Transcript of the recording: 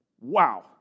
Wow